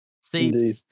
See